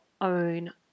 own